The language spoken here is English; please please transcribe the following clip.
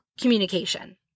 communication